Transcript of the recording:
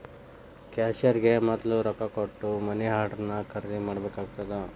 ಕ್ಯಾಶಿಯರ್ಗೆ ಮೊದ್ಲ ರೊಕ್ಕಾ ಕೊಟ್ಟ ಮನಿ ಆರ್ಡರ್ನ ಖರೇದಿ ಮಾಡ್ಬೇಕಾಗತ್ತಾ